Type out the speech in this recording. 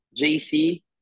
JC